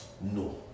no